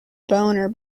boner